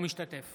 אינו משתתף